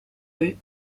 rue